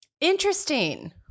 Interesting